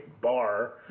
bar